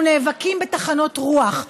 אנחנו נאבקים בטחנות רוח,